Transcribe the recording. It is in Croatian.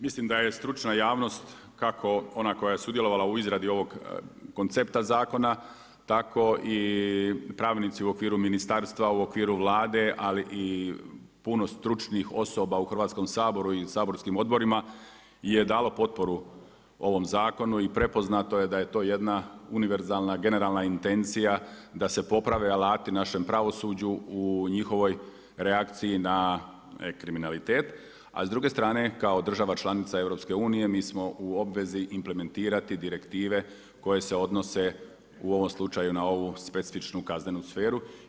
Mislim da je stručna javnost kako ona koja je sudjelovala u izradi ovog koncepta zakona tako i pravnici u okviru ministarstva u okviru Vlade, ali i puno stručnih osoba u Hrvatskom saboru i saborskim odborima je dalo potporu ovom zakonu i prepoznato je to jedna univerzalna generalna intencija da se poprave alati našem pravosuđu u njihovoj reakciji na kriminalitet, a s druge strane kao država članica EU mi smo u obvezi implementirati direktive koje se odnose u ovom slučaju na ovu specifičnu kaznenu sferu.